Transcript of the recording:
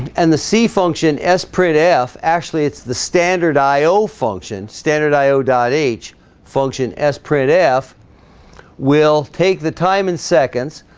and the c function s printf actually it's the standard i o function standard i o dot h function s printf will take the time in seconds